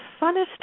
funnest